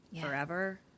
forever